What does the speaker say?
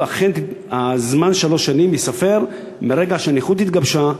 ששלוש השנים ייספרו מרגע שהנכות התגבשה,